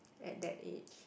at that age